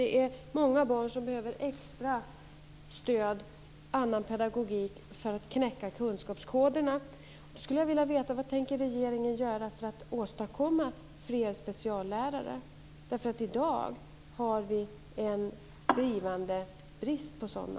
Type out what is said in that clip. Det är många barn som behöver extra stöd och annan pedagogik för att knäcka kunskapskoderna.